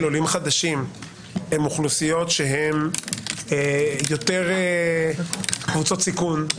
עולים חדשים הם אוכלוסיות שהם יותר קבוצות סיכון,